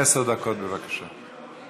עשר דקות, בבקשה.